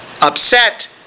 upset